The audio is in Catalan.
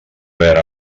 verb